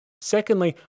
Secondly